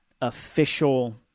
official